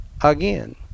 Again